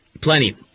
Plenty